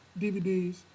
DVDs